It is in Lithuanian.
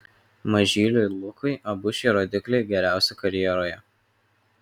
mažyliui lukui abu šie rodikliai geriausi karjeroje